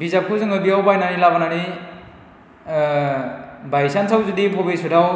बिजाबखौ जोङो बेयाव बायनानै लाबोनानै बायसान्साव जुदि बबिसदआव